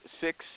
Six